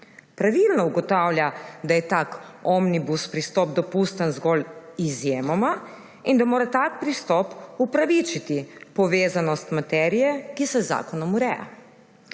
Pravilno ugotavlja, da je tak omnibus pristop dopusten zgolj izjemoma in da mora tak pristop upravičiti povezanost materije, ki se z zakonom ureja.